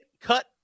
Cut